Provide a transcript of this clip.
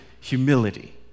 humility